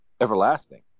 everlasting